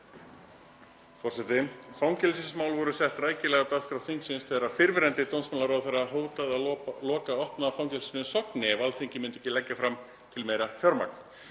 forseti. Fangelsismál voru sett rækilega á dagskrá þingsins þegar fyrrverandi dómsmálaráðherra hótaði að loka opna fangelsinu Sogni ef Alþingi myndi ekki leggja fram til meira fjármagn,